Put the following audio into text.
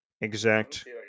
exact